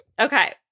Okay